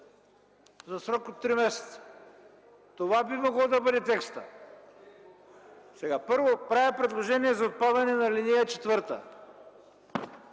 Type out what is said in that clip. за срок от три месеца”. Това би могло да бъде текстът. Първо, правя предложение за отпадане на ал. 4.